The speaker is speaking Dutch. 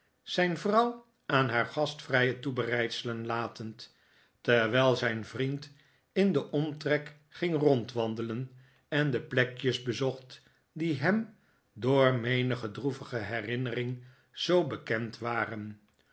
zijn vrouw aan haar gastvrije toebereidselen latend terwijl zijn vriend in den omtrek ging rondwandelen en de plekjes bezocht die hem door menige droevige herinnering zoo bekend waren